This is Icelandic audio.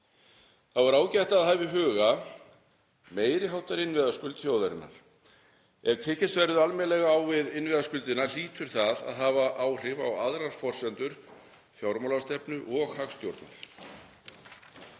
Þá er ágætt að hafa í huga meiri háttar innviðaskuld þjóðarinnar. Ef tekist verður almennilega á við innviðaskuldina hlýtur það að hafa áhrif á aðrar forsendur fjármálastefnu og hagstjórnar.